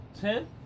Ten